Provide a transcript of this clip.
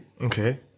okay